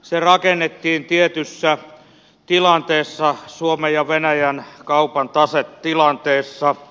se rakennettiin tietyssä tilanteessa suomen ja venäjän kaupan tasetilanteessa